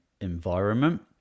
environment